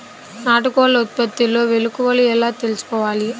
నాటుకోళ్ల ఉత్పత్తిలో మెలుకువలు ఎలా తెలుసుకోవాలి?